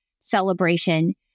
celebration